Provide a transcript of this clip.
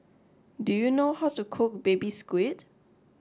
do you know how to cook Baby Squid